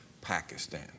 Pakistan